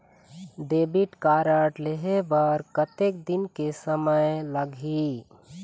Debit card लेहे बर कतेक दिन के समय लगही?